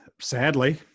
Sadly